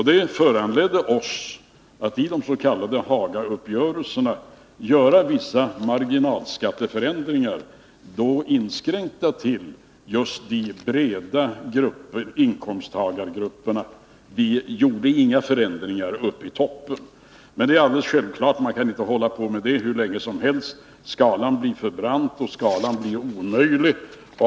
Det föranledde oss att i de s.k. Hagauppgörelserna göra vissa marginalskatteförändringar, då inskränkta till just de breda inkomsttagargrupperna. Vi gjorde inga förändringar uppe i toppen. Men det är alldeles självklart att man inte kan hålla på med att ändra på det sättet hur länge som helst. Skalan blir för brant, och skalan blir omöjlig.